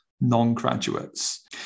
non-graduates